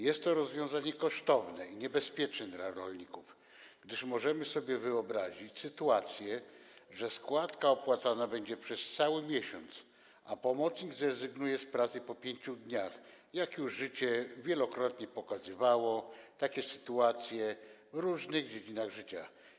Jest to rozwiązanie kosztowne i niebezpieczne dla rolników, gdyż możemy sobie wyobrazić sytuacje, że składka opłacana będzie przez cały miesiąc, a pomocnik zrezygnuje z pracy po 5 dniach, życie już wielokrotnie pokazywało takie sytuacje w różnych dziedzinach życia.